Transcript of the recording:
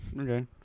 okay